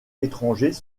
étrangers